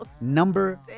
number